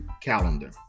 Calendar